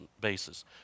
basis